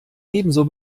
ebenso